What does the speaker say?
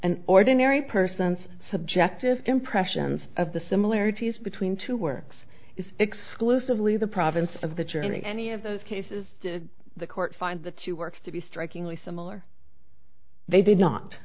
an ordinary person's subjective impressions of the similarities between two works is exclusively the province of the journey any of those cases the court finds the two works to be strikingly similar they did not